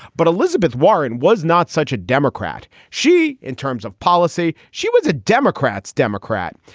but elizabeth warren was not such a democrat. she in terms of policy. she was a democrats democrat.